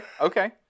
okay